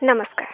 ନମସ୍କାର